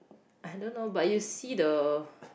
I don't know but you see the